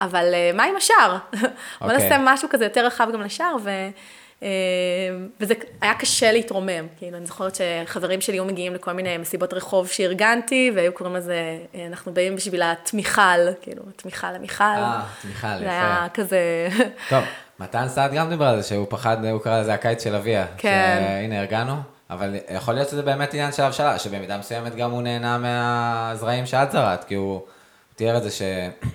אבל מה עם השאר, בוא נעשה משהו כזה יותר רחב גם לשאר וזה היה קשה להתרומם. אני זוכרת שחברים שלי, היו מגיעים לכל מיני מסיבות רחוב שאירגנתי, והיו קוראים לזה, אנחנו באים בשביל התמיכל, כאילו, תמיכה למיכל. תמיכל, יפה. זה היה כזה... טוב, מתן סעד גם דיבר על זה, שהוא פחד, הוא קרא לזה הקיץ של אביה. כן. שהנה, אירגנו, אבל יכול להיות שזה באמת עניין של הבשלה, שבמידה מסוימת גם הוא נהנה מהזרעים שאת זרעת, כי הוא תיאר את זה ש...